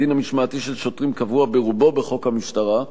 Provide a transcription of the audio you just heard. הדין המשמעתי של שוטרים קבוע ברובו בחוק המשטרה,